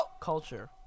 culture